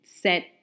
set